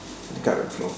the current flow